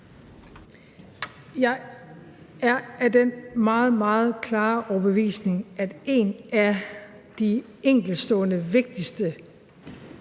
Jeg er af den meget, meget klare overbevisning, at en af de enkeltstående vigtigste